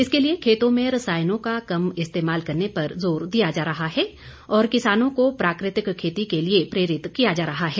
इसके लिए खेतों में रसायनों का कम इस्तेमाल करने पर जोर दिया जा रहा है और किसानों को प्राकृतिक खेती के लिए प्रेरित किया जा रहा है